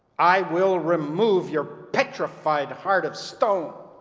i will remove your petrified heart of stone